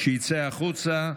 שיצא החוצה.